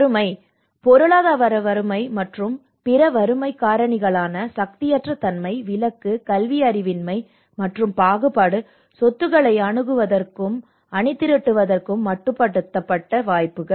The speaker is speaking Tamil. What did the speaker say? வறுமை பொருளாதார வறுமை மற்றும் பிற வறுமை காரணிகளான சக்தியற்ற தன்மை விலக்கு கல்வியறிவின்மை மற்றும் பாகுபாடு சொத்துக்களை அணுகுவதற்கும் அணிதிரட்டுவதற்கும் மட்டுப்படுத்தப்பட்ட வாய்ப்புகள்